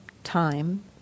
time